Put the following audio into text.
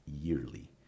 yearly